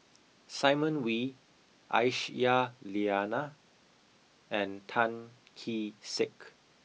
Simon Wee Aisyah Lyana and Tan Kee Sek